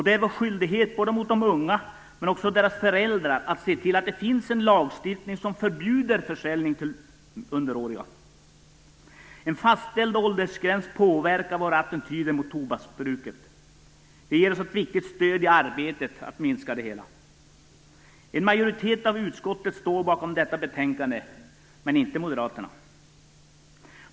Det är vår skyldighet mot de unga, men också mot deras föräldrar, att se till att det finns en lagstiftning som förbjuder försäljning till underåriga. En fastställd åldersgräns påverkar våra attityder till tobaksbruket. Det ger oss ett viktigt stöd i arbetet för att minska detta. En majoritet av utskottet står bakom detta betänkande - men inte Moderaterna.